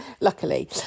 luckily